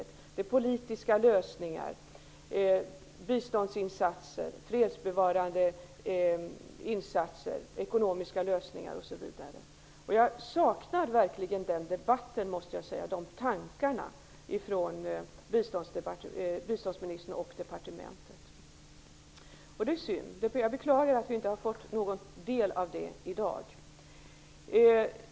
Det är fråga om politiska lösningar, biståndsinsatser, fredsbevarande insatser, ekonomiska lösningar, osv. Jag saknar verkligen den debatt de tankarna från biståndsministern och departementet. Det är synd. Jag beklagar att vi inte har fått ta del av det i dag.